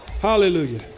hallelujah